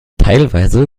teilweise